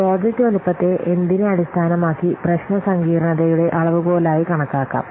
project വലുപ്പത്തെ എന്തിനെ അടിസ്ഥാനമാക്കി പ്രശ്ന സങ്കീർണ്ണതയുടെ അളവുകോലായി കണക്കാക്കാം